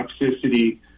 toxicity